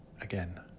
again